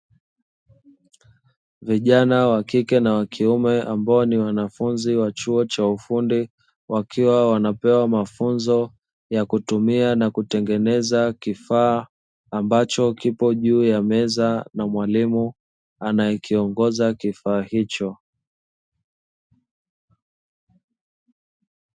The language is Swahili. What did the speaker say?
Vijana wa kike na wa kiume ambao ni wanafunzi wa chuo cha ufundi, wakiwa wanapewa mafunzo ya kutumia na kutengeneza kifaa ambacho kipo juu ya meza na mwalimu anaye kiongoza kifaa hicho.